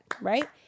right